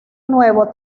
nuevo